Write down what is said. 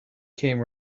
came